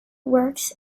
works